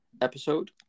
episode